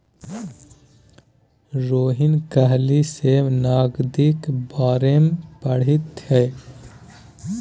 रोहिणी काल्हि सँ नगदीक बारेमे पढ़तीह